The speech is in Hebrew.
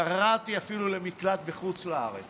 היא גררה אותי אפילו למקלט בחוץ לארץ